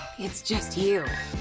it's just you.